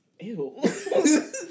Ew